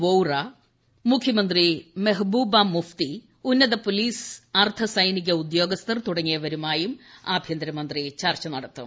വോഹ്റ മുഖ്യമന്ത്രി മെഹ്ബൂബ മുഫ്തി ഉന്നത പോലീസ് അർദ്ധ സൈനിക ഉദ്യോഗസ്ഥർ തുടങ്ങിയവരുമായും ആഭ്യന്തരമന്ത്രി ചർച്ച നടത്തും